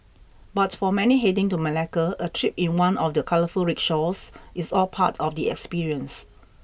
but for many heading to Malacca a trip in one of the colourful rickshaws is all part of the experience